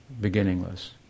beginningless